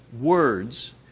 words